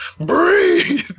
breathe